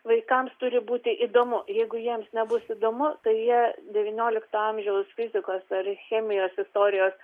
vaikams turi būti įdomu jeigu jiems nebus įdomu tai jie devyniolikto amžiaus fizikos ar chemijos istorijos